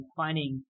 finding